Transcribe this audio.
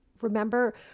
remember